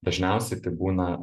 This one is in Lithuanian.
dažniausiai tai būna